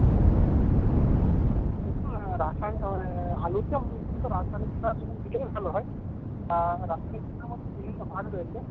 আচ্ছা তো দেখুন রাসায়নিক আলুতে অন্তত রাসায়নিক সার দিলেই ভালো হয় রাসায়নিক সারের মধ্যে বিভিন্ন ভাগ রয়েছে